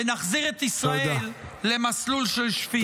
ונחזיר את ישראל למסלול של שפיות.